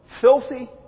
filthy